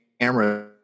camera